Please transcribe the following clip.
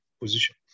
position